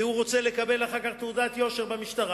אם הוא רוצה אחר כך לקבל תעודת יושר במשטרה,